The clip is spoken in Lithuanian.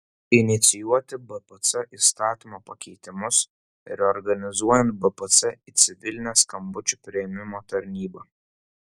inicijuoti bpc įstatymo pakeitimus reorganizuojant bpc į civilinę skambučių priėmimo tarnybą